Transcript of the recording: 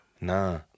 Nah